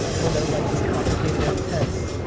when their life is complicated and intense.